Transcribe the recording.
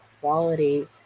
quality